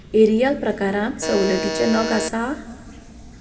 Ariel प्रकारांत सवलतीचे नग आसा